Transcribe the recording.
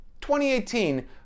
2018